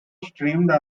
streamed